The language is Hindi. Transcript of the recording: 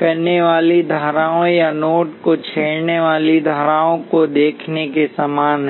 करने वाली धाराओं या नोड को छोड़ने वाली धाराओं को देखने के समान है